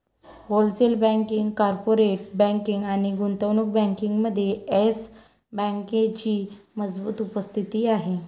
wholesale banking, corporate banking आणि गुंतवणूक बँकिंगमध्ये येस बँकेची मजबूत उपस्थिती आहे